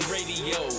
Radio